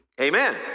Amen